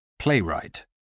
Playwright